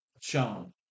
shown